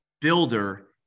builder